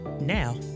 Now